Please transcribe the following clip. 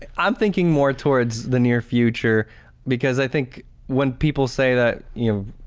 and i'm thinking more towards the near future because i think when people say that you